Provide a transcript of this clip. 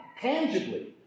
tangibly